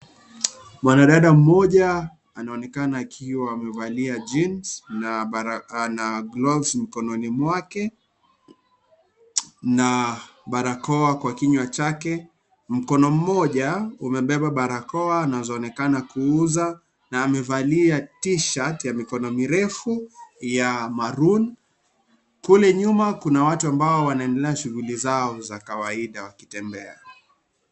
Mwanadada mmoja anaonekana akiwa amevalia jeans na gloves mkononi mwake na barakoa kwa kinywa chake. Mkono mmoja umebeba barakoa anazoonekana kuuza na amevalia T-shirt ya mikono mirefu ya maroon . Kule nyuma kuna watu wanaendelea na shughuli zao za kawaida wakitembea.